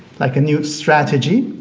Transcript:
like a new strategy,